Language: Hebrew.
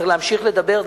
צריך להמשיך לדבר,